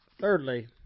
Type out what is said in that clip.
thirdly